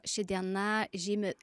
ši diena žymi